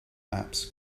maps